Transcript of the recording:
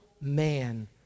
man